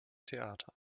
theater